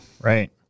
Right